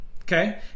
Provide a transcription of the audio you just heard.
okay